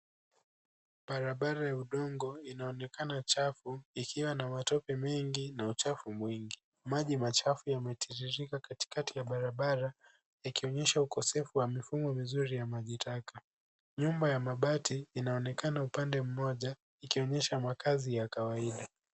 Barabara ya udongo inaonekana chafu, ikiwa na matope mengi na uchafu mwingi. Maji machafu yanatiririka katikati ya barabara, yakionyesha ukosefu wa mifumo mizuri ya majitaka. Nyumba ya mabati inaonekana pande moja ikionyesha makazi ya kawaida.